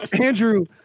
Andrew